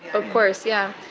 of course, yeah.